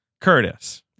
Curtis